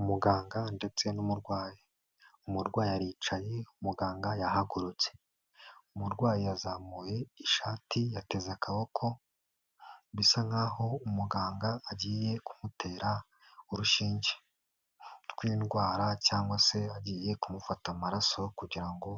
Umuganga ndetse n'umurwayi. Umurwayi yaricaye umuganga yahagurutse. Umurwayi yazamuye ishati yateze akaboko, bisa nk'aho umuganga agiye kumutera urushinge rw'indwara, cyangwa se agiye kumufata amaraso kugira ngo